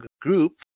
group